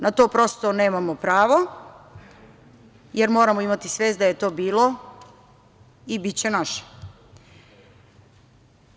Na to prosto nemamo pravo, jer moramo imati svest da je to bilo i biće naše.